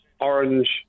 orange